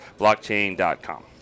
blockchain.com